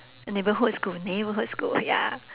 neighbourhood school neighbourhood school ya